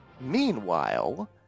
meanwhile